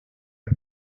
los